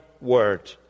word